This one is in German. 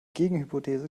gegenhypothese